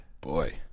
Boy